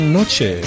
Noche